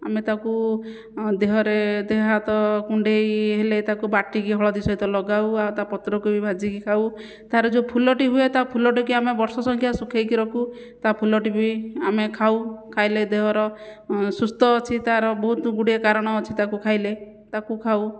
ଆମେ ତାକୁ ଦେହରେ ଦେହ ହାତ କୁଣ୍ଡେଇ ହେଲେ ତାକୁ ବାଟିକି ହଳଦୀ ସହିତ ଲଗାଉ ଆଉ ତା ପତ୍ରକୁ ବି ଭାଜିକି ଖାଉ ତାର ଯେଉଁ ଫୁଲଟି ହୁଏ ତା ଫୁଲଟିକି ଆମେ ବର୍ଷ ସଂଖ୍ୟା ସୁଖାଇକି ରଖୁ ତା ଫୁଲଟି ବି ଆମେ ଖାଉ ଖାଇଲେ ଦେହର ସୁସ୍ଥ ଅଛି ତାର ବହୁତ ଗୁଡ଼ିଏ କାରଣ ଅଛି ତାକୁ ଖାଇଲେ ତାକୁ ଖାଉ